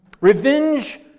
revenge